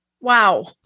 Wow